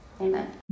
Amen